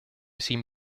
sin